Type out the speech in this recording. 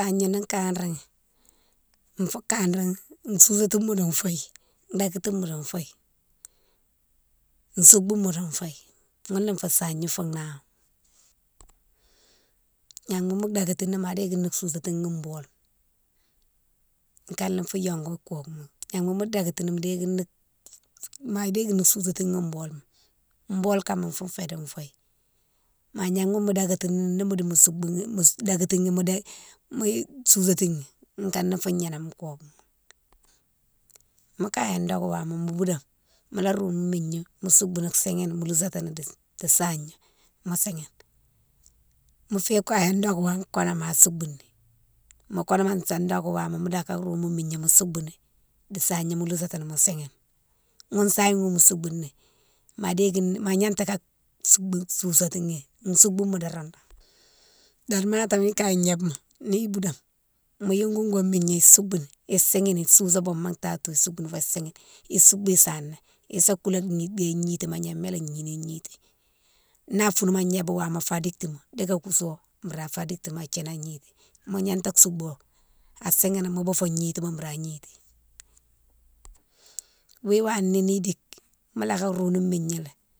Sahigna ni kanréghi, fo kanréghi sousatima di fouye, dakatima di fouye, soubouma di fouye, ghounné fé sahigna fou nama. Gnama mo dakéni sousatini nbole, u'kané fou yongou kokouma, gnama mo dakatini dékini, ma dékini sousatini nbole, nbole kama fou fé di fouye, ma gnama mo dakatini ni modi mo souboughini. mo dakatini mo dé, sousatini kané fou gnaname koke. Mo kagne an dokouwama mo boudame, mola roune migna mo souboun sihine mo lousatini di sahigna mo sihine. Mo fé kaye an doke mo kouname ma soubouni. mo kouname son an dokou wama mo loka roune mo migna mo soubouni di sahigna mo losatini mo sihine, ghounne sahigne younne mo soubouni ma gnata ka soubou, sousatighi, isoubouma doron né. Domatoma ni kaye gnébe ma, ni boudame, mo yongou go migna isoubouni isihine, isousa bougma tatou, soubouni fo isihine, isoubou sana, isa koulé déye gnitima gnamé lé gninini i gniti, na founoun a gnébou wama fa ditima dika kouso bira fa ditima thinan gniti, mo gnata soubouho a sihine mo boufo gnitima boura gniti. Niwou wana idike mola ka roune migna lé.